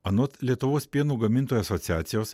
anot lietuvos pieno gamintojų asociacijos